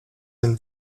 and